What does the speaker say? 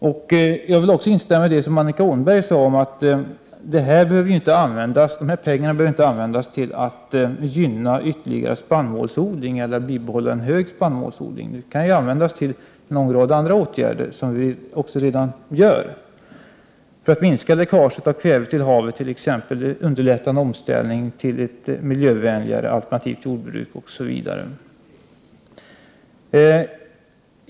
Jag vill också instämma i Annika Åhnbergs uttalande att dessa pengar inte behöver användas för att gynna ytterligare spannmålsodling eller för att bibehålla en stor spannmålsodling. Dessa pengar kan användas till en lång rad andra åtgärder som redan vidtas, t.ex. att minska läckaget av kväve som hamnar i havet och att underlätta omställningen till ett miljövänligare alternativt jordbruk, osv.